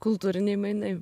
kultūriniai mainai